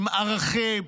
עם ערכים,